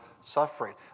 suffering